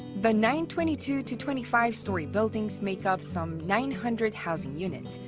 the nine twenty two to twenty five storey buildings make up some nine hundred housing units,